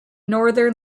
northern